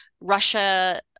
russia